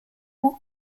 what